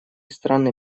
страны